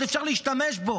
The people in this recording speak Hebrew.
עוד אפשר להשתמש בו,